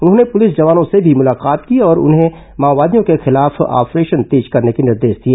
उन्होंने पुलिस जवानों से भी मुलाकात की और उन्हें माओवादियों के खिलाफ ऑपरेशन तेज करने के निर्देश दिए